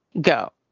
go